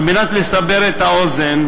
על מנת לסבר את האוזן,